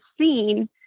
seen